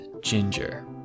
ginger